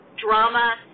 drama